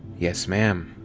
yes, ma'am.